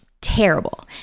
terrible